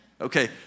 Okay